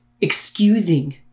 excusing